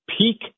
peak